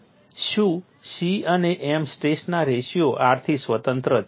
શું C અને m સ્ટ્રેસના રેશિયો R થી સ્વતંત્ર છે